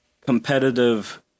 Competitive